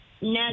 no